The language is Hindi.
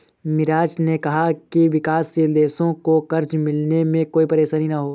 मिराज ने कहा कि विकासशील देशों को कर्ज मिलने में कोई परेशानी न हो